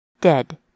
dead